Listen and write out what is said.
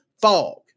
fog